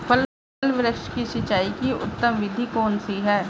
फल वृक्ष की सिंचाई की उत्तम विधि कौन सी है?